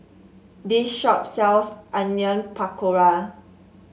this shop sells Onion Pakora